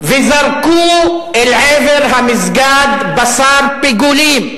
וזרקו אל עבר המסגד בשר פיגולים.